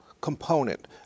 component